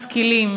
משכילים,